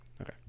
Okay